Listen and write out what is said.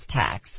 tax